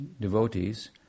devotees